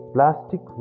Plastic